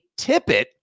Tippett